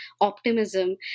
optimism